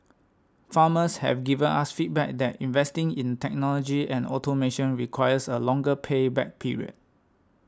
farmers have given us feedback that investing in technology and automation requires a longer pay back period